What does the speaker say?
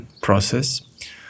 process